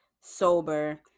sober